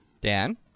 Dan